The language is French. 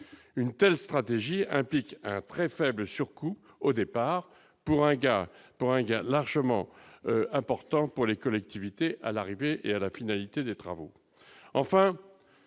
une telle stratégie implique un très faible surcoût au départ pour un gars dont il y a largement importante pour les collectivités à l'arrivée et à la finalité des travaux